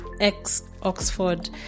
ex-Oxford